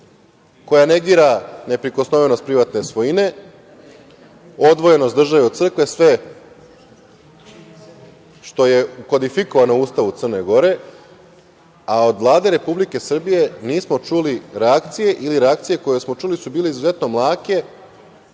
koja negira neprikosnovenost privatne svojine, odvojenost države od crkve, sve što je kodifikovano u Ustavu Crne Gore, a od Vlade Republike Srbije nismo čuli reakcije ili reakcije koje smo čuli su bile izuzetno mlake,